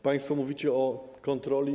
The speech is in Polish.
Państwo mówicie o kontroli.